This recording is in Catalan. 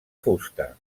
fusta